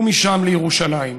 ומשם לירושלים.